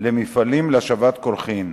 למפעלים להשבת קולחין.